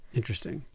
Interesting